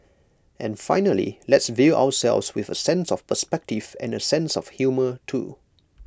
and finally let's view ourselves with A sense of perspective and A sense of humour too